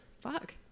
fuck